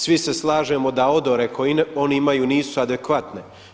Svi se slažemo da odore koje oni imaju nisu adekvatne.